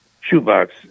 shoebox